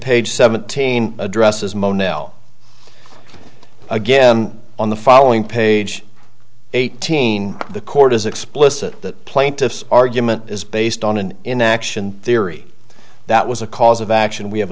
page seventeen addresses mono again on the following page eighteen the court is explicit plaintiff's argument is based on an inaction theory that was a cause of action we have